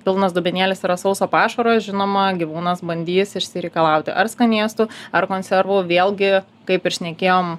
pilnas dubenėlis yra sauso pašaro žinoma gyvūnas bandys išsireikalauti ar skanėstų ar konservų vėlgi kaip ir šnekėjom